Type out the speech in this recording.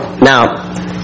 Now